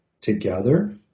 together